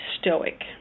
stoic